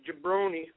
jabroni